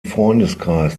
freundeskreis